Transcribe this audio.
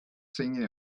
singing